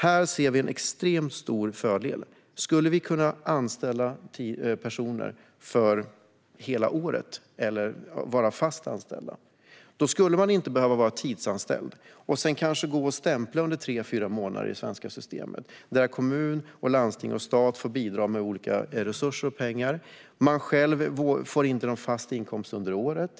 Här ser vi en extremt stor fördel om man skulle kunna anställa människor för hela året, som kan vara fast anställda. Då skulle de inte behöva vara anställda under viss tid och sedan kanske gå och stämpla under tre fyra månader i det svenska systemet. Kommuner, landsting och stat får bidra med olika resurser och pengar, eftersom dessa människor inte får någon fast inkomst under året.